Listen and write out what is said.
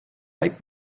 light